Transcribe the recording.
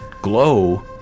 glow